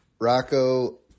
Rocco